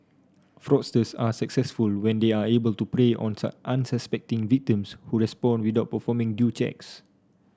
fraudsters are successful when they are able to prey on unsuspecting victims who respond without performing due checks